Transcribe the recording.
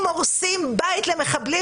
אם הורסים בית למחבלים,